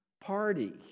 party